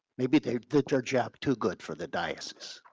maybe they did your job too good for the diocese.